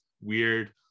weird